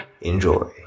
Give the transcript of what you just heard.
enjoy